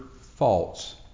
false